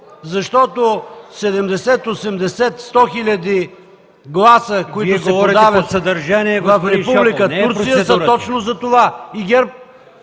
защото 70-80 или 100 хил. гласа, които се подават от Република Турция са точно затова.